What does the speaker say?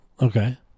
Okay